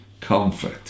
comfort